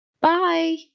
bye